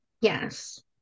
Yes